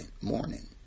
morning